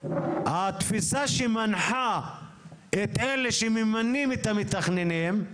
התפיסה שמנחה את אלה שממנים את המתכננים,